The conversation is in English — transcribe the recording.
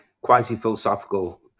quasi-philosophical